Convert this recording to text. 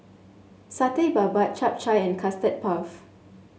Satay Babat Chap Chai and Custard Puff